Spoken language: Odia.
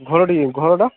ଘରଠିକି ଘରଟା